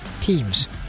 teams